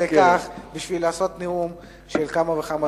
כך בשביל לעשות נאום של כמה וכמה דקות.